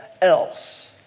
else